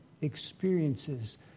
experiences